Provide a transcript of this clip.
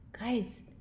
guys